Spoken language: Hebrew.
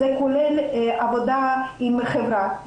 זה כולל עבודה עם חברה,